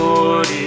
Lord